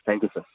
thank you sir